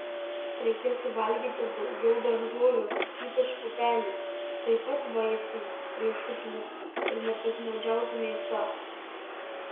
reikėtų valgyti daugiau daržovių ypač pupelių taip pat vaisių riešutų ir nepiktnaudžiauti mėsa